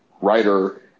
writer